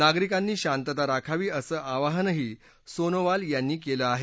नागरिकांनी शांतता राखावी असं आवाहनही सोनोवाल यांनी केलं आहे